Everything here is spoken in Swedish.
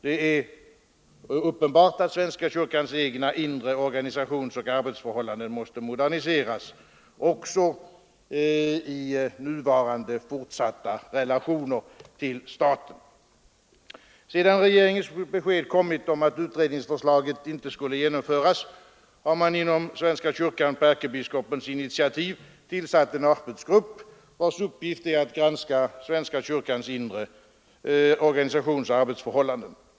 Det är uppenbart att svenska kyrkans egna inre organisationsoch arbetsförhållanden måste moderniseras också i nuvarande fortsatta relationer till staten. Sedan regeringens besked kommit om att utredningsförslaget icke skulle genomföras, har man inom svenska kyrkan på ärkebiskopens initiativ tillsatt en arbetsgrupp, vars uppgift är att granska svenska kyrkans inre organisationsoch arbetsförhållanden.